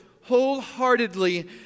wholeheartedly